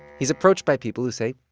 he's approached by people who say,